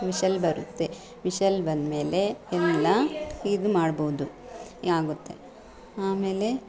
whistle ಬರುತ್ತೆ whistle ಬಂದಮೇಲೆ ಎಲ್ಲ ಇದು ಮಾಡ್ಬೋದು ಆಗುತ್ತೆ ಆಮೇಲೆ